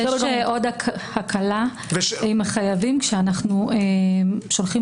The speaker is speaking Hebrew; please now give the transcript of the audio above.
יש עוד הקלה עם החייבים כשאנחנו שולחים